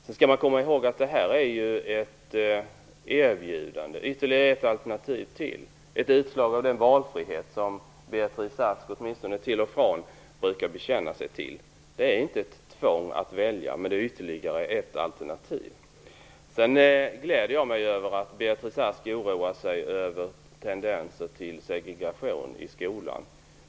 Man skall komma ihåg att det här är ett erbjudande, ytterligare ett alternativ - ett utslag av den valfrihet som Beatrice Ask åtminstone till och från brukar bekänna sig till. Det är inte ett tvång att välja, men det är ytterligare ett alternativ. Jag gläder mig åt att Beatrice Ask oroar sig över tendenser till segregation i skolan.